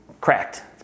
cracked